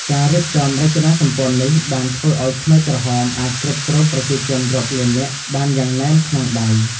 ការរៀបចំរចនាសម្ព័ន្ធនេះបានធ្វើឱ្យខ្មែរក្រហមអាចគ្រប់គ្រងប្រជាជនរាប់លាននាក់បានយ៉ាងណែនក្នុងដៃ។